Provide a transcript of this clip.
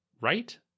right